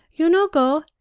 you no go!